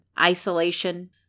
isolation